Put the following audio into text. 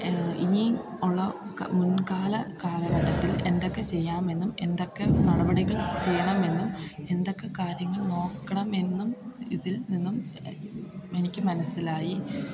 ഇനീ ഉള്ള ക മുൻകാല കാലഘട്ടത്തിൽ എന്തൊക്കെ ചെയ്യാമെന്നും എന്തൊക്കെ നടപടികൾ ചെയ്യണമെന്നും എന്തൊക്കെ കാര്യങ്ങൾ നോക്കണം എന്നും ഇതിൽ നിന്നും എനിക്ക് എനിക്ക് മനസിലായി